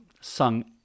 sung